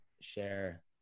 share